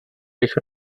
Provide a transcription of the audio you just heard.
bych